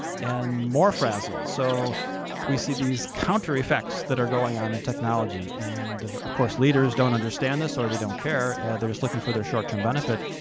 and more frazzled. so we see these counter-effects that are going going on in technology, and of course leaders don't understand this or they don't care. they're just looking for their short-term benefit,